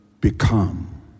become